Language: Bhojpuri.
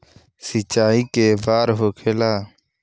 सिंचाई के बार होखेला?